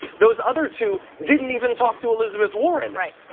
those other two didn't even talk to elizabeth warren. right.